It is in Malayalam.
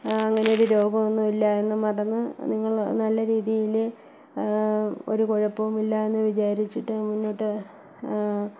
അങ്ങനൊരു രോഖമൊന്നുമില്ല എന്നും അതങ്ങ് നിങ്ങള് നല്ല രീതിയില് ഒരു കുഴപ്പവുമില്ലാന്ന് വിചാരിച്ചിട്ട് മുന്നോട്ട്